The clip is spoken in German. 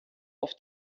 auf